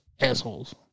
assholes